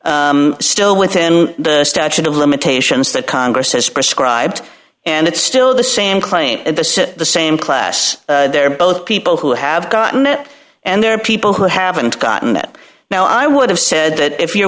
year still within the statute of limitations that congress has prescribed and it's still the same claim in the city the same class they're both people who have gotten it and there are people who haven't gotten it now i would have said that if you're